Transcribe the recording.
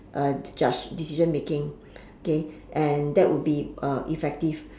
uh judge decision making okay and that would be uh effective